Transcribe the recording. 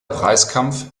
preiskampf